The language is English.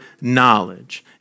knowledge